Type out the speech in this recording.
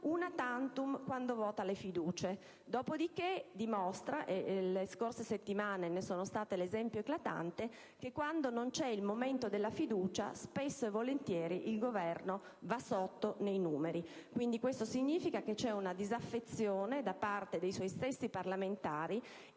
*una tantum*, quando vota le fiducie. Dopo di che dimostra - le scorse settimane ne sono state l'esempio eclatante - che quando non c'è il momento della fiducia spesso e volentieri va sotto nei numeri. Quindi, questo significa che c'è una disaffezione da parte dei suoi stessi parlamentari